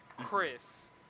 Chris